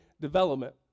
development